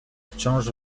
wciąż